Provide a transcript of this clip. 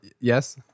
yes